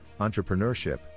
entrepreneurship